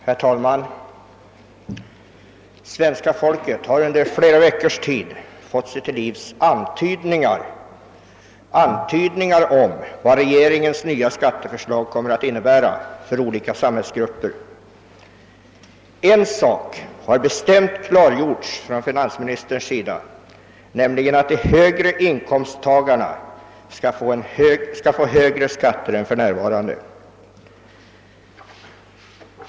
Herr talman! Det svenska folket har under flera veckor fått sig till livs antydningar om vad regeringens nya skatteförslag kommer att innebära för olika samhällsgrupper. En sak har bestämt klargjorts från finansministerns sida, nämligen att de större inkomsttagarna skall få högre skatter än för närvarande.